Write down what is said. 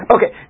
Okay